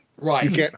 Right